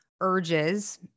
urges